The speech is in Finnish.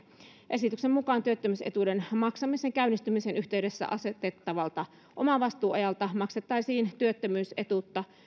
esityksen mukaan työttömyysetuuden maksamisen käynnistymisen yhteydessä asetettavalta omavastuuajalta maksettaisiin työttömyysetuutta